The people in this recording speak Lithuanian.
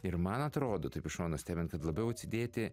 ir man atrodo taip iš šono stebint kad labiau atsidėti